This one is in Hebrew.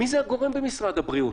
מי זה הגורם במשרד הבריאות?